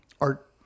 art